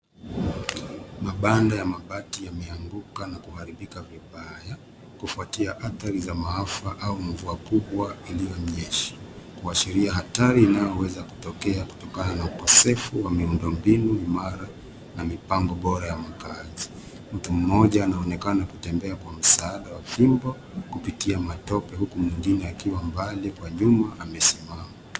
Mabanda ya mabati yameanguka na kuharibika vibaya kufuatia athari za maafa au mvua kubwa ilionyesha kuashiria hatari inayoweza kutokea kutokana na ukosefu wa miundombinu imara na mipango bora ya makaazi. Mtu mmoja anaonekana kutembea kwa msaada wa fimbo kupitia matope huku mwingine akiwa mbali kwa nyuma amesimama.